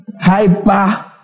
hyper